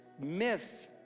Myth